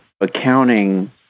accounting